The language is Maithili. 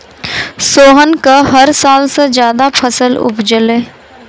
सोहन कॅ हर साल स ज्यादा फसल उपजलै